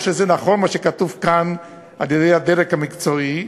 או שנכון מה שכתוב כאן על-ידי הדרג המקצועי,